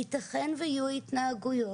יתכן ויהיו התנהגויות,